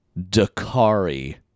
Dakari